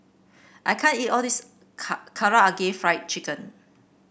I can't eat all this Karaage Fried Chicken